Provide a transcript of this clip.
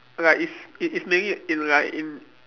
like is it is maybe in like in